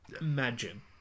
Imagine